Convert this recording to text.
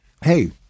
hey